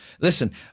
Listen